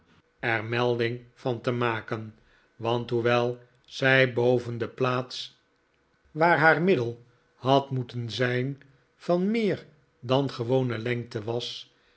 melding van te maken want hoewel zij boven de plaats waar haar middel had moeten zijn van meer dan gewone lengte was